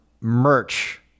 merch